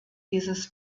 dieses